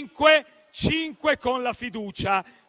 votò cinque con la fiducia.